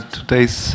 today's